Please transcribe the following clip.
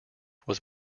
was